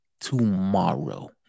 tomorrow